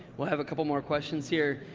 we'll have a couple more questions here.